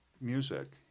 music